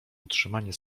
utrzymanie